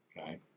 Okay